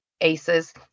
ACES